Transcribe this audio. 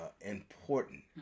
important